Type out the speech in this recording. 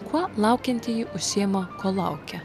kuo laukiantieji užsiima ko laukia